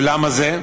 למה זה?